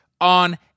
on